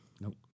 Nope